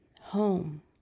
home